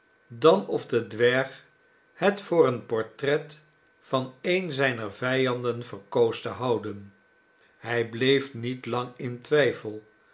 dan of de dwerg het voor een portret van een zijner vijanden verkoos te houden hij bleef niet lang in twijfel